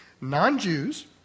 non-Jews